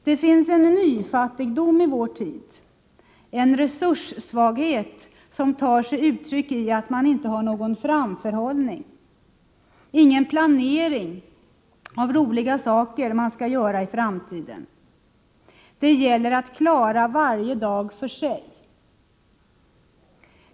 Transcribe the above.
Det finns en nyfattigdom i vår tid, en resurssvaghet som tar sig uttryck i att man inte har någon framförhållning, ingen planering av roliga saker som man skall göra i framtiden. Det gäller att klara varje dag för sig.